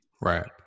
Right